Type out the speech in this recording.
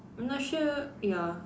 I'm not sure ya